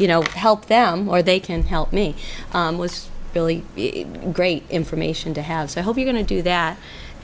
you know help them or they can help me with really great information to have so i hope you going to do that